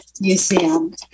Museum